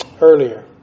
earlier